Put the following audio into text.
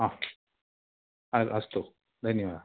अस्तु धन्यवादः